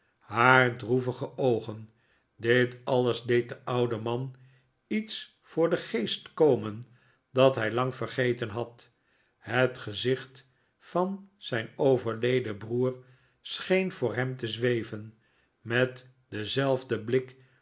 haar droevige oogen dit alles deed den ouden man iets voor den geest komen dat hij lang vergeten had het gezicht van zijn overleden broer scheen voor hem te zweven met denzelfden blik